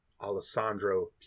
Alessandro